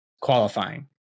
qualifying